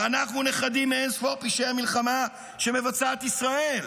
ואנחנו נחרדים מאין-ספור פשעי המלחמה שמבצעת ישראל.